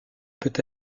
peut